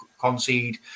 concede